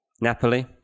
Napoli